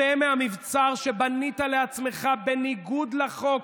צא מהמבצר שבנית לעצמך בניגוד לחוק,